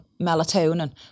melatonin